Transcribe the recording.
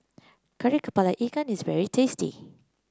Kari kepala Ikan is very tasty